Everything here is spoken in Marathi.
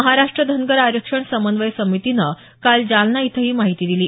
महाराष्ट धनगर आरक्षण समन्वय समितीनं काल जालना इथं ही माहिती दिली